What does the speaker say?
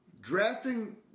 drafting